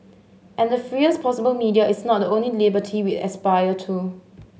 and the freest possible media is not the only liberty we aspire to